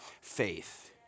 faith